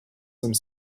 some